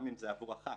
גם אם זה עבור אחת,